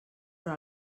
però